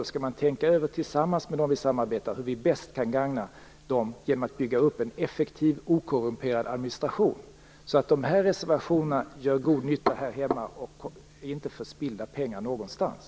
Då skall man tänka över tillsammans med dem vi samarbetar med hur vi bäst kan gagna dem genom att bygga upp en effektiv, okorrumperad administration. Medlen från dessa reservationer gör god nytta här hemma och är inte förspillda pengar någonstans.